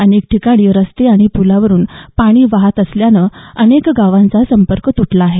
अनेक ठिकाणी रस्ते आणि प्लावरून पाणी वाहत असल्यानं अनेक गावांचा संपर्क तुटला आहे